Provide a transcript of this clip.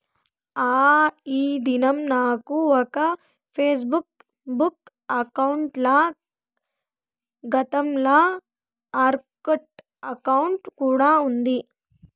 ఆ, ఈ దినం నాకు ఒక ఫేస్బుక్ బుక్ అకౌంటల, గతంల ఆర్కుట్ అకౌంటు కూడా ఉన్నాది